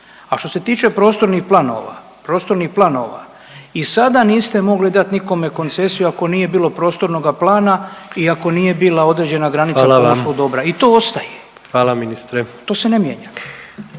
A što se tiče prostornih planova, prostornih planova, i sada niste mogli dat nikome koncesiju ako nije bilo prostornoga plana i ako nije bila određena granica…/Upadica predsjednik: Hvala vam/…pomorskog dobra